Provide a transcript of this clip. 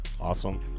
Awesome